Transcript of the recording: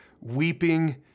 weeping